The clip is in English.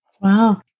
Wow